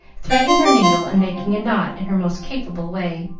threading her needle and making a knot in her most capable way.